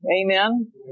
Amen